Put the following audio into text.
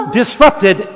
disrupted